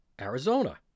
arizona